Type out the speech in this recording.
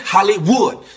Hollywood